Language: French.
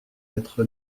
être